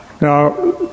Now